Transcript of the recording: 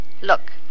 Look